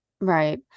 Right